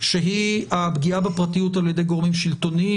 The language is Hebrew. שהיא הפגיעה בפרטיות על ידי גורמים שלטוניים.